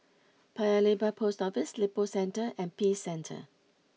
Paya Lebar Post Office Lippo Centre and Peace Centre